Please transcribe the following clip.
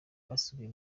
basigaye